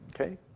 Okay